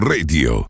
Radio